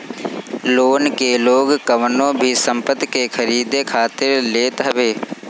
loan के लोग कवनो भी संपत्ति के खरीदे खातिर लेत हवे